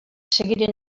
seguiren